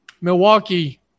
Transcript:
Milwaukee